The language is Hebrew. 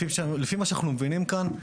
לפי מה שאנחנו מבינים כאן,